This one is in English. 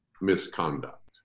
misconduct